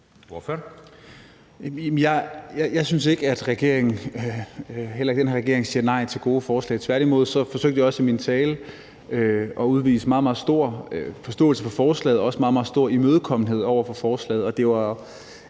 og heller ikke den her regering siger nej til gode forslag. Tværtimod forsøgte jeg også i min tale at udvise en meget, meget stor forståelse over for forslaget og også en meget, meget stor imødekommenhed over for forslaget,